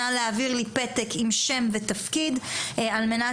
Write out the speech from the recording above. נא להעביר לי פתק עם שם ותפקיד על מנת